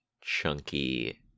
chunky